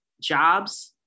jobs